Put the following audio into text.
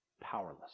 Powerless